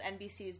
NBC's